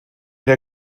der